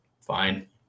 fine